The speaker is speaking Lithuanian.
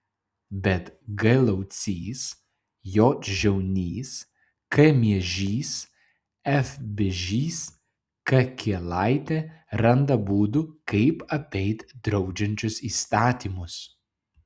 bet g laucys j žiaunys k miežys f bižys k kielaitė randa būdų kaip apeit draudžiančius įstatymus